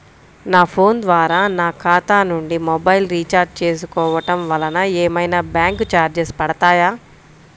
నా ఫోన్ ద్వారా నా ఖాతా నుండి మొబైల్ రీఛార్జ్ చేసుకోవటం వలన ఏమైనా బ్యాంకు చార్జెస్ పడతాయా?